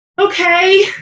okay